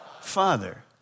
father